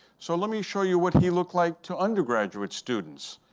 so let me show you what he looked like to undergraduate students.